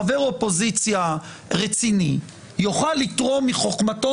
חבר אופוזיציה רציני יוכל לתרום מחוכמתו,